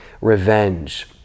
revenge